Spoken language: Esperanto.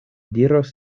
diros